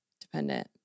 dependent